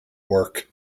work